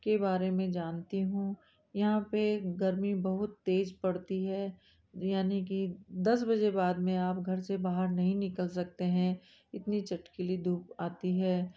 के बारे में जानती हूँ यहाँ पर गर्मी बहुत तेज़ पड़ती है यानि की दस बजे बाद में आप घर से बाहर नहीं निकल सकते हैं इतनी चटकीली धूप आती है